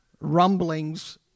rumblings